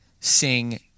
sing